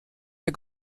der